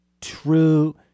true